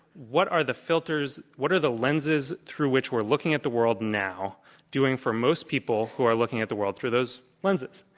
what are the filters what are the lenses through which we're looking at the world now doing for most people who are looking at the world through those lenses?